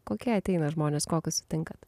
kokie ateina žmonės kokius sutinkat